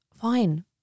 fine